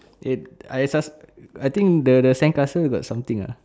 it I sus~ I think the the sandcastle got something uh